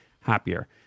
happier